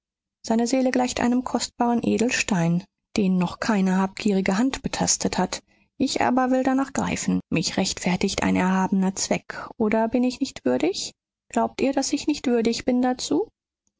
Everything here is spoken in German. seine seele gleicht einem kostbaren edelstein den noch keine habgierige hand betastet hat ich aber will danach greifen mich rechtfertigt ein erhabener zweck oder bin ich nicht würdig glaubt ihr daß ich nicht würdig bin dazu